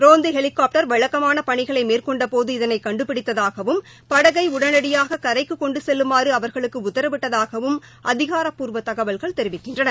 ரோந்து ஹெலிகாப்படர் வழக்கமான பணிகளை மேற்கொண்டபோது இதனை கண்டுபிடித்ததாகவும் படகை உடனடியாக கரைக்கு கொண்டு செல்லுமாறு அவர்களுக்கு உத்தரவிட்டதாகவும் அதிகாரப்பூர்வ தகவல்கள் தெரிவிக்கின்றன